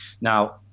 Now